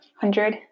hundred